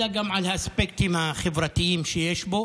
אלא גם על האספקטים החברתיים שיש בו